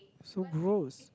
so gross